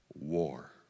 war